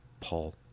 paul